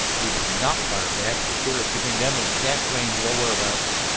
we did not fire back, for fear of giving them an exact range of our whereabouts.